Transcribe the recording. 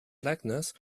blackness